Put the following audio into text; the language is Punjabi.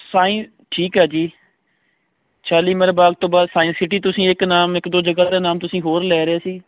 ਸਾਈ ਠੀਕ ਹੈ ਜੀ ਸ਼ਾਲੀਮਾਰ ਬਾਗ ਤੋਂ ਬਾਅਦ ਸਾਇੰਸ ਸਿਟੀ ਤੁਸੀਂ ਇੱਕ ਨਾਮ ਇੱਕ ਦੋ ਜਗਾ ਦਾ ਨਾਮ ਤੁਸੀਂ ਹੋਰ ਲੈ ਰਹੇ ਸੀ